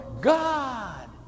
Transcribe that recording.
God